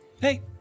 Hey